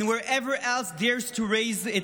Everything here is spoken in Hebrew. and wherever else evil dares to raise its